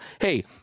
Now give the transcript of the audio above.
Hey